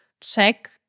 check